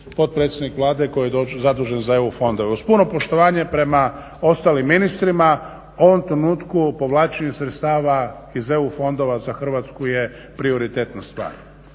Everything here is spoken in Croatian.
potpredsjednik Vlade koji je zadužen za EU fondove. Uz puno poštovanje prema ostalim ministrima u ovom trenutku o povlačenju sredstava iz EU fondova za Hrvatsku je prioritetna stvar.